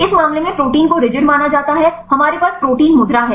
इस मामले में प्रोटीन को रिजिड माना जाता है हमारे पास प्रोटीन मुद्रा है